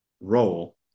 role